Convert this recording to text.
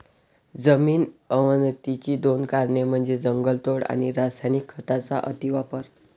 जमीन अवनतीची दोन कारणे म्हणजे जंगलतोड आणि रासायनिक खतांचा अतिवापर